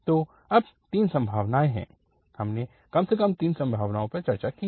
तो अब तीन संभावनाएं हैं हमने कम से कम तीन संभावनाओं पर चर्चा की है